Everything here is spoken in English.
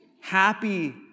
happy